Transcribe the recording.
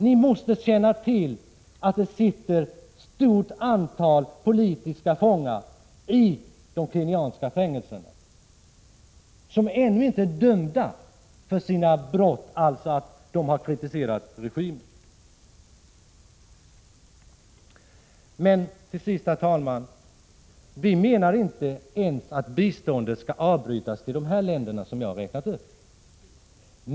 Ni måste känna till att det sitter ett stort antal politiska fångar i Kenyas fängelser, fångar som ännu inte är dömda för sitt brott att ha kritiserat regimen. Vi anser inte att biståndet skall upphöra till de länder som jag här har nämnt.